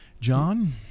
John